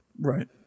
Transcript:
Right